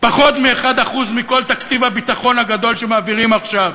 פחות מ-1% מכל תקציב הביטחון הגדול שמעבירים עכשיו.